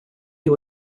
you